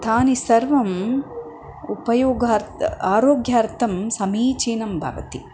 तानि सर्वम् उपयोगार्थम् आरोग्यार्थं समीचीनं भवति